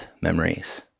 memories